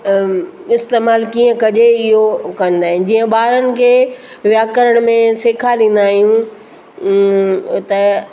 इस्तेमालु कीअं कजे इहो कंदा आहिनि जीअं ॿारनि खे व्याकरण में सेखारींदा आहियूं ओ त